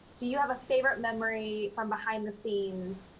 do you have a favorite memory from behind the scenes,